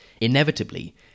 Inevitably